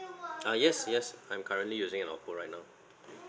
ah yes yes I'm currently using an oppo right now